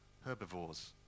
Herbivores